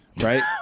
right